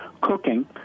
cooking